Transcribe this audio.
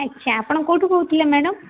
ଆଚ୍ଛା ଆପଣ କୋଉଠୁ କହୁଥୁଲେ ମ୍ୟାଡମ୍